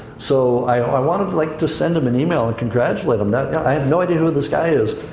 so i wanted to, like, to send him an email and congratulate him. that, yeah i have no idea who this guy is,